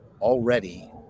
already